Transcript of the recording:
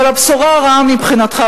אבל הבשורה הרעה מבחינתך,